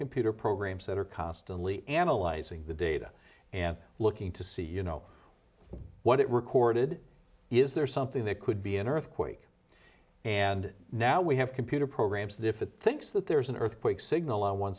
computer programs that are constantly analyzing the data and looking to see you know what it recorded is there something that could be an earthquake and now we have computer programs that if it thinks that there is an earthquake signal on one